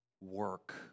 Work